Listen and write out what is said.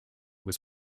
was